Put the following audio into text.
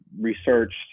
researched